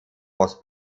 was